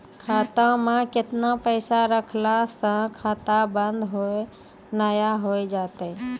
खाता मे केतना पैसा रखला से खाता बंद नैय होय तै?